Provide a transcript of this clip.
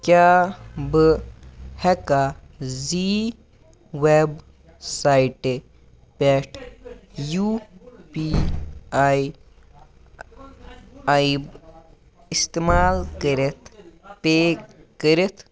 کیٛاہ بہٕ ہٮ۪کا زی وٮ۪ب سایٹہِ پٮ۪ٹھ یو پی آی ایپ استعمال کٔرِتھ پے کٔرِتھ